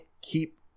keep